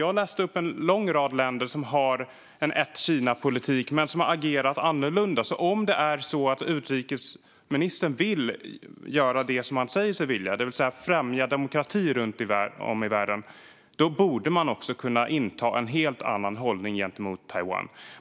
Jag läste upp en lång rad länder som har en ett-Kina-politik men som har agerat annorlunda. Så om det är så att utrikesministern vill göra det som man säger sig vilja, det vill säga främja demokrati runt om i världen, borde man också kunna inta en helt annan hållning gentemot Taiwan.